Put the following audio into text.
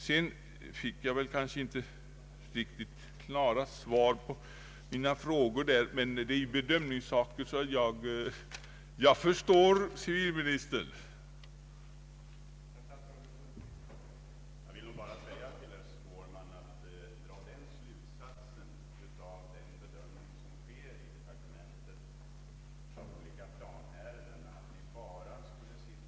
Sedan fick jag väl inte riktigt klara svar på mina frågor, men det gäller ju här bedömningssaker så jag kan kanske förstå civilminister Lundkvist.